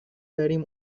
بریم